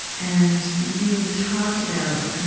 and you've talked about,